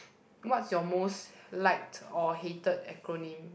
what's your most liked or hated acronym